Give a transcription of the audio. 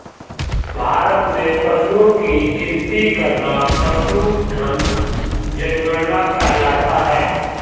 भारत में पशुओं की गिनती करना पशुधन जनगणना कहलाता है